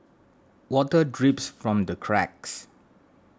water drips from the cracks